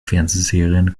fernsehserien